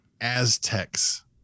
Aztecs